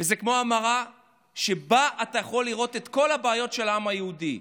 וזה כמו המראה שבה אתה יכול לראות את כל הבעיות של העם היהודי.